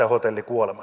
arvoisa puhemies